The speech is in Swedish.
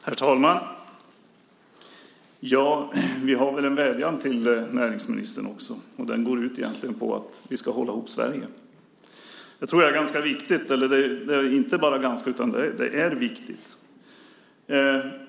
Herr talman! Vi har en vädjan till näringsministern också, och den går egentligen ut på att vi ska hålla ihop Sverige. Det tror jag är viktigt.